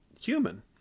human